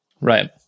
Right